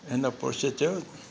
हिन पुरुष चयो